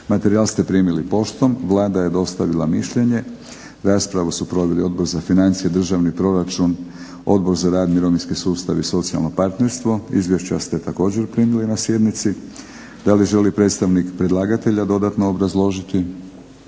Materijal ste primili poštom. Vlada je dostavila mišljenje. Raspravu su proveli Odbor za financije, državni proračun, Odbor za rad, mirovinski sustav i socijalno partnerstvo. Izvješća ste također primili na sjednici. Da li želi predstavnik predlagatelja dodatno obrazložiti?